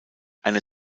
eine